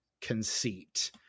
conceit